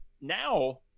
now